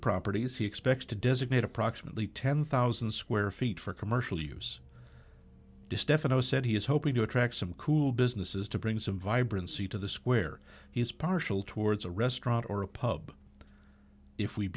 properties he expects to designate approximately ten thousand square feet for commercial use to stefano said he is hoping to attract some cool businesses to bring some vibrancy to the square he's partial towards a restaurant or a pub if we